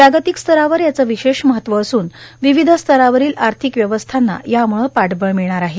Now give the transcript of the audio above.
जागतिक स्तरावर याचं विशेष महत्व असून विविध स्तरावरील आर्थिक व्यवस्थांना यामुळं पाठबळ मिळणार आहे